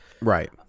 Right